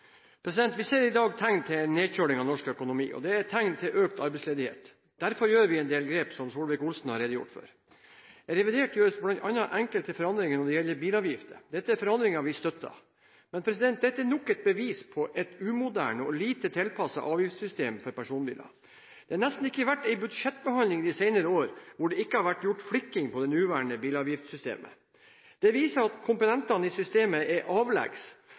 Vi ser i dag tegn til en nedkjøling av norsk økonomi, og det er tegn til økt arbeidsledighet. Derfor gjør vi en del grep, som Solvik-Olsen har redegjort for. I revidert budsjett gjøres bl.a. enkelte forandringer når det gjelder bilavgifter. Dette er forandringer vi støtter, men det er nok et bevis på et umoderne og lite tilpasset avgiftssystem for personbiler. Det har nesten ikke vært en budsjettbehandling de senere år, hvor det ikke har vært gjort flikking på det nåværende bilavgiftsystemet. Det viser at komponentene i systemet er